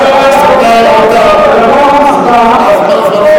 אתה הצבעת במליאה, אתה הצבעת בעד.